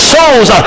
souls